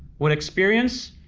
what experience,